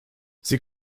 sie